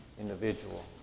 individual